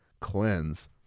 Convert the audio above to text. cleanse